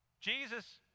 Jesus